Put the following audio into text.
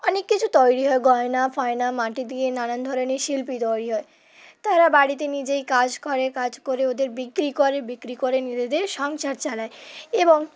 অনেক কিছু তৈরি হয় গয়না ফয়না মাটি দিয়ে নানান ধরনের শিল্প তৈরি হয় তারা বাড়িতে নিজেই কাজ করে কাজ করে ওদের বিক্রি করে বিক্রি করে নিজেদের সংসার চালায় এবং